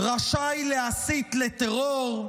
רשאי להסית לטרור,